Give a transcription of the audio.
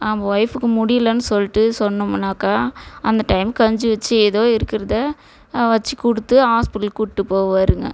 நம்ப ஒய்ஃபுக்கு முடியலன்னு சொல்லிட்டு சொன்னமுன்னாக்கா அந்த டைம் கஞ்சி வச்சு ஏதோ இருக்கிறத வச்சு கொடுத்து ஹாஸ்பிட்லு கூப்பிட்டு போவாருங்க